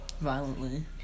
violently